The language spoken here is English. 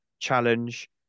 challenge